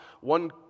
one